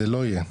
זה לא יהיה,